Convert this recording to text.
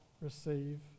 receive